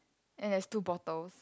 and there's two bottles